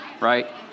right